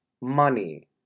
money